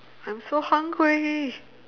I'm so hungry